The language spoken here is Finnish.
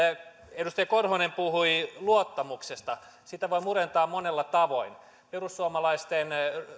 edustaja korhonen puhui luottamuksesta sitä voi murentaa monella tavoin perussuomalaisten